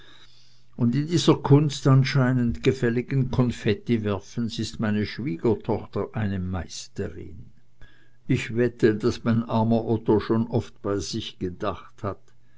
und in dieser kunst anscheinend gefälligen konfettiwerfens ist meine schwiegertochter eine meisterin ich wette daß mein armer otto schon oft bei sich gedacht hat